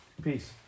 Peace